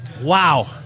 Wow